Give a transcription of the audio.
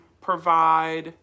provide